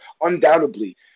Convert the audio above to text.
undoubtedly